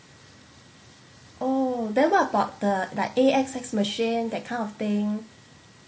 oh then what about the like A_X_S machine that kind of thing